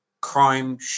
crime